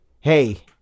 hey